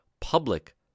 public